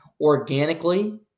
organically